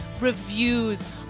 reviews